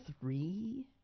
three